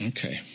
Okay